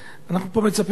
אנחנו פה מצפים דווקא,